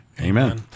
amen